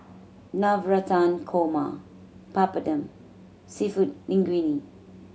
Navratan Korma Papadum Seafood Linguine